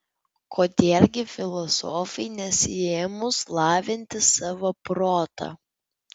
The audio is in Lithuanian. kodėl gi filosofui nesiėmus lavinti savo protą